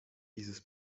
dieses